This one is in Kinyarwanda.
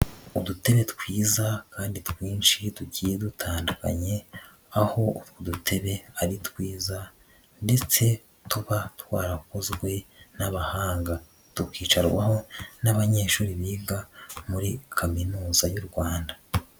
Uduterere twiza kandi twinshi tugiye dutandukanye aho udutere ari twiza ndetse tuba twarakozwe n'abahanga tukicarwaho n'abanyeshuri biga muri Kaminuza y'u Rwanda.